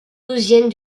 douzième